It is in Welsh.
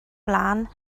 blaen